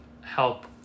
help